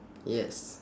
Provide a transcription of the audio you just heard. yes